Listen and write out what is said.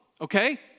okay